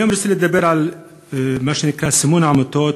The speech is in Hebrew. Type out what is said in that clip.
אני רוצה היום לדבר על מה שנקרא סימון העמותות,